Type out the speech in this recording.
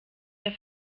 der